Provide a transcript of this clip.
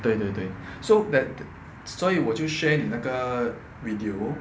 对对对 so that 所以我就 share 你那个 video